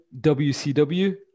WCW